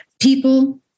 people